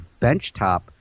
benchtop